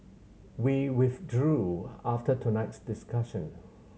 we withdrew after tonight's discussion